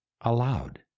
aloud